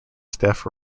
staff